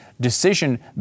decision